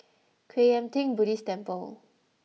Kwan Yam Theng Buddhist Temple